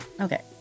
Okay